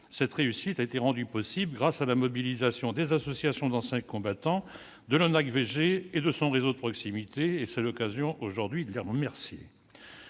Cette réussite a été rendue possible grâce à la mobilisation des associations d'anciens combattants, de l'ONAC-VG et de son réseau de proximité. C'est l'occasion, aujourd'hui, de les remercier.